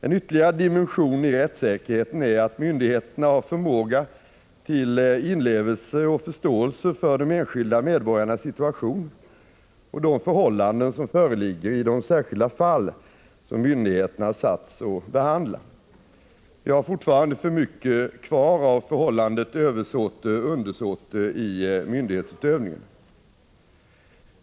En ytterligare dimension i rättssäkerheten är att myndigheterna har förmåga till inlevelse i och förståelse för de enskilda medborgarnas situation och de förhållanden som föreligger i de särskilda fall som myndigheten har satts att behandla. Vi har fortfarande för mycket kvar av förhållandet översåte-undersåte i myndighetsutövningen.